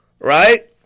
right